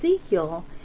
Ezekiel